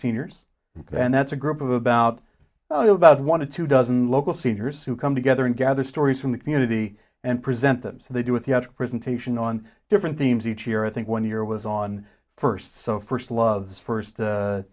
seniors and that's a group of about you about one to two dozen local seniors who come together and gather stories from the community and present them so they do with the presentation on different themes each year i think one year was on first so first loves first